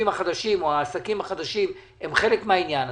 והעסקים החדשים הם חלק מהעניין הזה.